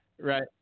right